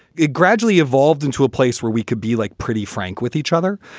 it gradually evolved into a place where we could be like pretty frank with each other.